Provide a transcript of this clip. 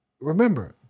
remember